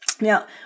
Now